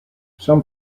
some